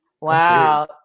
Wow